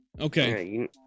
Okay